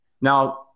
Now